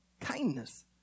kindness